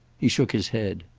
he shook his head.